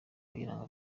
kayiranga